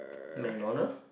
MacDonald